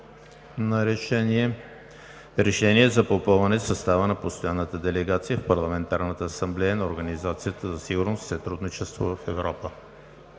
РЕШЕНИЕ за попълване на състава на Постоянната делегация в Парламентарната асамблея на Организацията за сигурност и сътрудничество в Европа